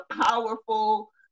powerful